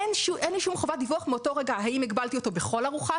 אין לי שום חובת דיווח מאותו רגע האם הגבלתי אותו בכל ארוחה,